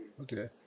okay